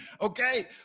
Okay